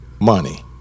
money